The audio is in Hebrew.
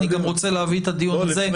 אני רוצה להביא גם את הדיון הזה,